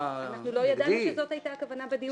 אנחנו לא ידענו שזאת הייתה הכוונה בדיון.